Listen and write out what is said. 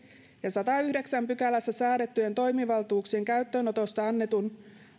ja sadannessayhdeksännessä pykälässä säädettyjen toimivaltuuksien käyttöönotosta annetun